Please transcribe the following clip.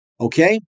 Okay